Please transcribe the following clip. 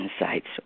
insights